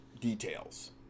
details